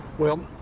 well,